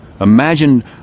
Imagine